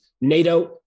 NATO